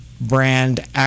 brand